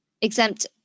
exempt